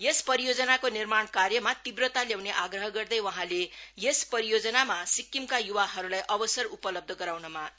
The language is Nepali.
यस परियोजनाको निर्माणकार्यमा तीव्रता ल्याउने आग्रह गर्दै वहाँले यस परियोजनामा सिक्किमका युवाहरुलाई अवसर उपलब्ध गराउनमा जोड दिन्भयो